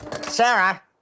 Sarah